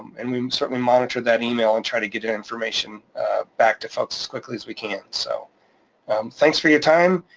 and we certainly monitor that email and try to get information back to folks as quickly as we can. so thanks for your time,